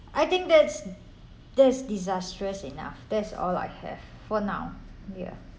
I think that's that's disastrous enough that's all I have for now ya